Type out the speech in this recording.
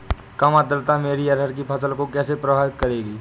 कम आर्द्रता मेरी अरहर की फसल को कैसे प्रभावित करेगी?